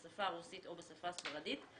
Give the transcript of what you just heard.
בשפה הרוסית או בשפה הספרדית,